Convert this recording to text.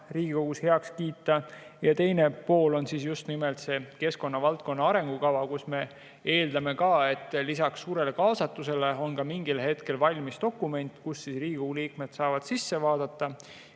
Riigikogus heaks kiita, ja teine pool on just nimelt keskkonnavaldkonna arengukava, mille puhul me eeldame, et lisaks suurele kaasatusele on mingil hetkel valmis dokument, kuhu Riigikogu liikmed saavad sisse vaadata,